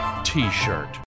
t-shirt